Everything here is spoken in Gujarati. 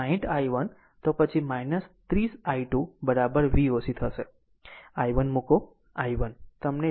આમ જો તમે 60 i1 તો પછી 30 i2 Voc થશે